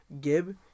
Gib